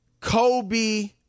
Kobe